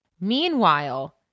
Meanwhile